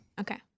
Okay